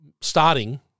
starting